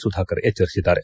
Sudhakar ಎಜ್ವರಿಸಿದ್ದಾರೆ